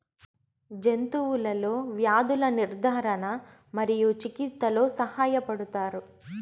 జంతువులలో వ్యాధుల నిర్ధారణ మరియు చికిత్చలో సహాయపడుతారు